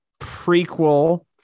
prequel